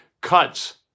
cuts